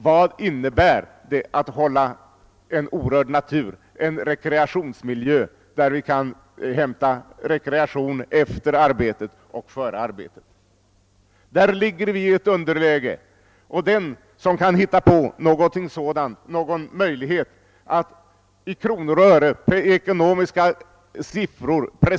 Vad gör det om vi plockar bort en liten bit av kalvningslanden för renskötseln? Det finns tillräckligt kvar ändå, hävdar man. Detta kvantitetstänkande opponerar jag mig mot. Det är också i någon mån fråga om vad vi tar bort.